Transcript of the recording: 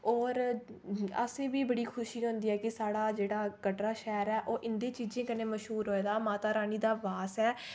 और असें बी बड़ी खुशी होंदी ऐ कि साढ़ा जेह्ड़ा कटरा शैह्र ऐ ओ इन्दे चीजें कन्नै मश्हूर होए दा माता रानी दा वास